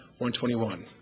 121